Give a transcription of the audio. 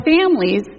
families